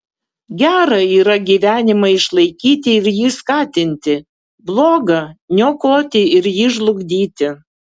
gera yra gyvenimą išlaikyti ir jį skatinti bloga niokoti ir jį žlugdyti